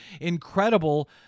incredible